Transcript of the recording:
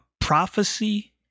prophecy